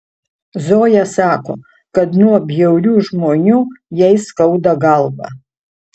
zoja sako kad nuo bjaurių žmonių jai skauda galvą